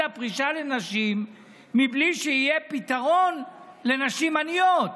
הפרישה לנשים בלי שיהיה פתרון לנשים עניות.